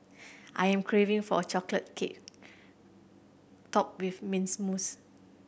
I am craving for a chocolate cake topped with mint mousse